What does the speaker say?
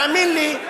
תאמין לי,